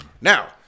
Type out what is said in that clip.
Now